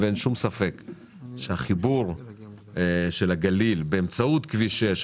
אין שום ספק שהחיבור של הגליל באמצעות כביש 6,